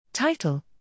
Title